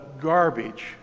garbage